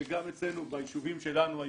שגם ביישובים שלנו,